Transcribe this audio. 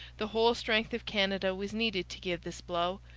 the whole strength of canada was needed to give this blow,